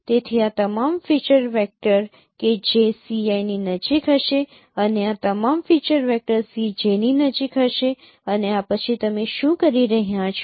તેથી આ તમામ ફીચર વેક્ટર કે જે Ci ની નજીક હશે અને આ તમામ ફીચર વેક્ટર Cj ની નજીક હશે અને પછી તમે શું કરી રહ્યા છો